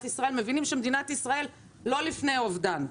ישראל מבינים שמדינת ישראל לא לפני אובדן.